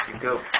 go